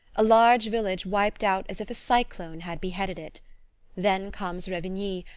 a large village wiped out as if a cyclone had beheaded it then comes revigny,